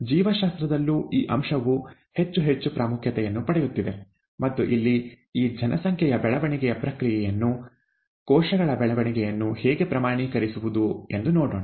ಜೀವಶಾಸ್ತ್ರದಲ್ಲೂ ಈ ಅಂಶವು ಹೆಚ್ಚು ಹೆಚ್ಚು ಪ್ರಾಮುಖ್ಯತೆಯನ್ನು ಪಡೆಯುತ್ತಿದೆ ಮತ್ತು ಇಲ್ಲಿ ಈ ಜನಸಂಖ್ಯೆಯ ಬೆಳವಣಿಗೆಯ ಪ್ರಕ್ರಿಯೆಯನ್ನು ಕೋಶಗಳ ಬೆಳವಣಿಗೆಯನ್ನು ಹೇಗೆ ಪ್ರಮಾಣೀಕರಿಸುವುದು ಎಂದು ನೋಡೋಣ